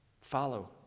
Follow